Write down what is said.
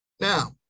Now